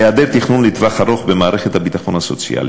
היעדר תכנון לטווח ארוך במערכת הביטחון הסוציאלי.